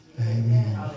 Amen